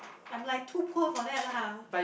I'm like too poor for that lah